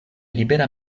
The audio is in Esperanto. libera